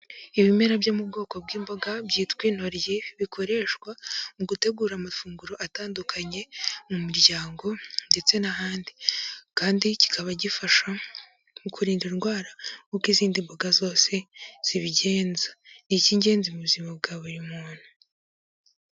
Ibimera byo mu bwoko bw'imboga byitwa intoryi, bikoreshwa mu gutegura amafunguro atandukanye mu miryango ndetse n'ahandi, kandi kikaba gifasha mu kurinda indwara nk'uko izindi mboga zose zibigenza. Ni icy'ingenzi mu buzima bwa buri muntu.